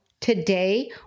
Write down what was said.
today